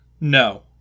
no